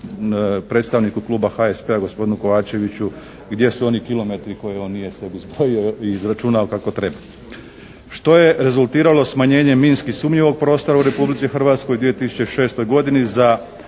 predstavniku Kluba HSP-a gospoodinu Kovačeviću gdje su oni kilometri koje on nije sebi izračunao kako treba. Što je rezultiralo smanjenjem minski sumnjivog prostora u Republici Hrvatskoj u 2006. godini za